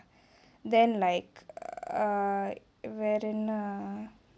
then like err வேற என்ன:vera enna